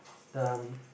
the